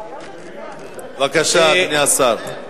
בבקשה, אדוני השר.